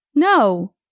No